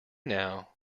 now